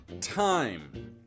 time